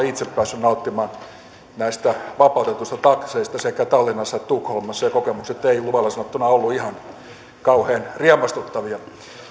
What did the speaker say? itse päässyt nauttimaan vapautetuista takseista sekä tallinnassa että tukholmassa ja kokemukset eivät luvalla sanottuna olleet ihan kauhean riemastuttavia